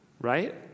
right